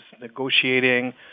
negotiating